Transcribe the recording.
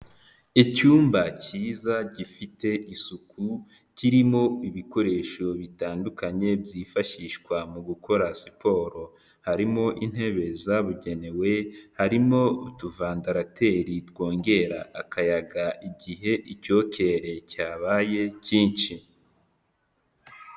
Icyumba cyiza gifite isuku kirimo ibikoresho bitandukanye byifashishwa mu gukora siporo harimo intebe zabugenewe, harimo utuvandarateri twongera akayaga igihe icyokere cyabaye cyinshi.